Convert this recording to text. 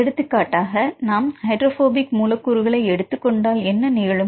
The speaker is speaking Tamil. எடுத்துக்காட்டாக நாம் ஹைட்ரோபோபிக் மூலக் கூறுகளை எடுத்துக் கொண்டால் என்ன நிகழும்